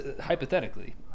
hypothetically